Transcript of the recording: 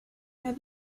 have